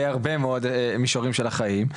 בהרבה מאוד מישורים של החיים,